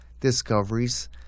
discoveries